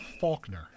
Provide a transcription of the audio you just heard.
Faulkner